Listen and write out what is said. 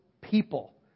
people